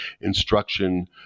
instruction